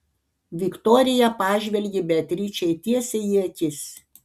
viktorija pažvelgė beatričei tiesiai į akis